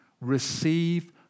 Receive